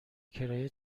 کرایه